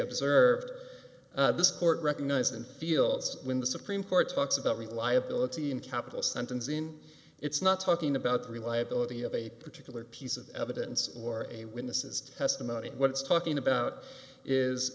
observed this court recognized and feels when the supreme court talks about reliability in capital sentencing it's not talking about the reliability of a particular piece of evidence or a witness's testimony what it's talking about is